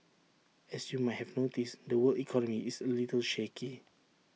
as you might have noticed the world economy is A little shaky